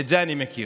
את זה אני מכיר.